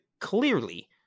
clearly